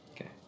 Okay